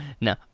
no